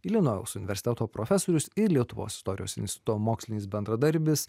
ilinojaus universiteto profesorius ir lietuvos istorijos instituto mokslinis bendradarbis